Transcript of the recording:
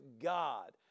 God